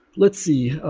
let's see.